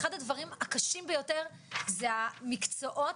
אחד הדברים הקשים ביותר זה המקצועות,